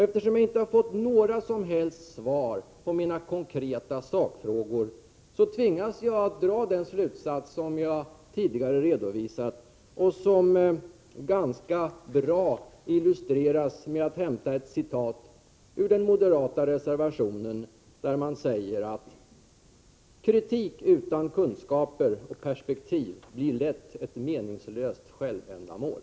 Eftersom jag inte har fått några som helst svar på mina konkreta sakfrågor, tvingas jag att dra den slutsats som jag tidigare har redovisat och som ganska bra illustreras med ett citat ur den moderata reservationen nr 1: ”Kritik utan kunskaper och perspektiv blir lätt ett meningslöst självändamål.”